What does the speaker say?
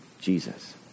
Jesus